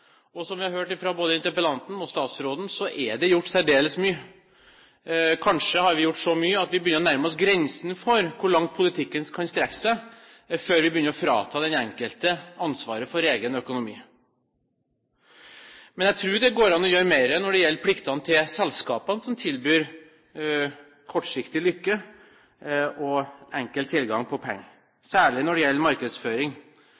statsråden, er det gjort særdeles mye. Kanskje har vi gjort så mye at vi begynner å nærme oss grensen for hvor langt politikken kan strekke seg før vi begynner å frata den enkelte ansvaret for egen økonomi. Men jeg tror det går an å gjøre mer når det gjelder pliktene til de selskapene som tilbyr kortsiktig lykke og enkel tilgang på